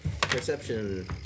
perception